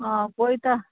आं पळयता